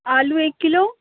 آلو ایک کلو